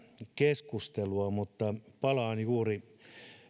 keskustelua mutta palaan juuri